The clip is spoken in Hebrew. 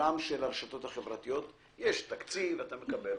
יש תקציב בעניין הרשתות החברתיות שאתה מקבל.